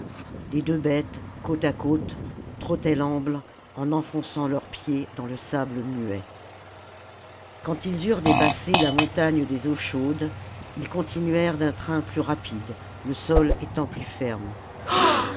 les deux bêtes côte à côte trottaient l'amble en enfonçant leurs pieds dans le sable muet quand ils eurent dépassé la montagne des eaux chaudes ils continuèrent d'un train plus rapide le sol étant plus ferme